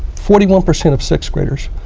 forty one percent of sixth graders,